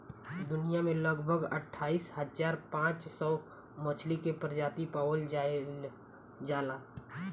दुनिया में लगभग अठाईस हज़ार पांच सौ मछली के प्रजाति पावल जाइल जाला